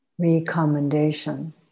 recommendation